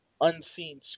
unseen